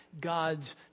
God's